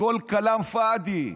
הכול כלאם פאדי.